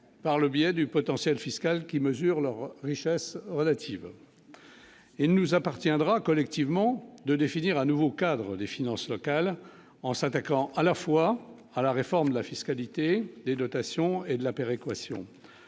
par le biais du potentiel fiscal qui mesure leur richesse relative il nous appartiendra collectivement de définir un nouveau cadre des finances locales en s'attaquant à la fois à la réforme de la fiscalité des dotations et de la péréquation